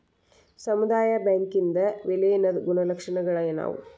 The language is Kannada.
ಸಮುದಾಯ ಬ್ಯಾಂಕಿಂದ್ ವಿಲೇನದ್ ಗುಣಲಕ್ಷಣಗಳೇನದಾವು?